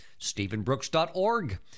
stephenbrooks.org